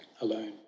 alone